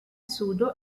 pseudo